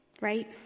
right